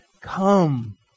come